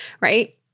right